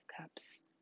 cups